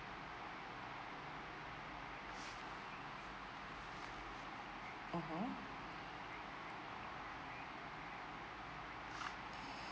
mmhmm